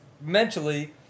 mentally